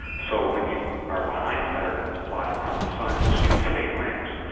so when you are behind saturn and it's blotting out the sun, you'll see the faint rings.